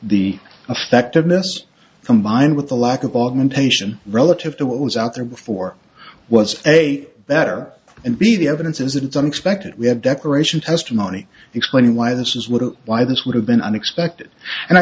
the effect of this combined with the lack of augmentation relative to what was out there before was a that or and b the evidence is that it's unexpected we have decoration testimony explaining why this is what why this would have been unexpected and i